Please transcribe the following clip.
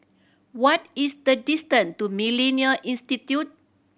what is the distant to Millennia Institute